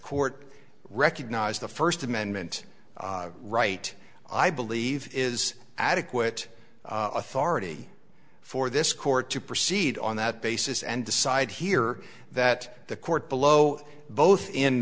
court recognized the first amendment right i believe is adequate authority for this court to proceed on that basis and decide here that the court below both in